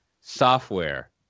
software